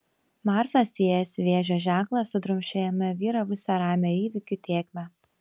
marsas įėjęs į vėžio ženklą sudrumsčia jame vyravusią ramią įvykių tėkmę